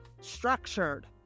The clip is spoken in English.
structured